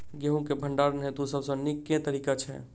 गेंहूँ केँ भण्डारण हेतु सबसँ नीक केँ तरीका छै?